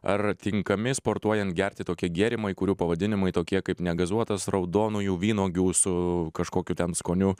ar tinkami sportuojant gerti tokie gėrimai kurių pavadinimai tokie kaip negazuotas raudonųjų vynuogių su kažkokiu ten skoniu